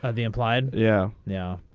ah the implied yeah now.